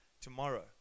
tomorrow